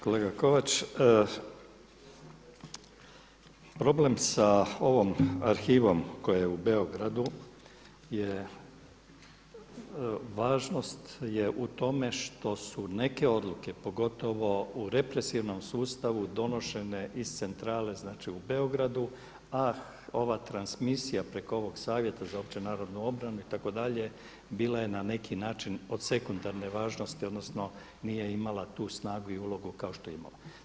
Kolega Kovač, problem sa ovom arhivom koja je u Beogradu je važnost je u tome što su neke odluke pogotovo u represivnom sustavu donošene iz centrale znači u Beogradu a ova transmisija preko ovog savjeta za opće narodnu obranu itd. bila je na neki način od sekundarne važnosti odnosno nije imala tu snagu i ulogu kao što je imala.